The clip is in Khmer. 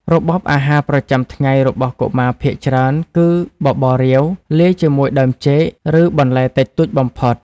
របបអាហារប្រចាំថ្ងៃរបស់កុមារភាគច្រើនគឺបបររាវ លាយជាមួយដើមចេក ឬបន្លែតិចតួចបំផុត។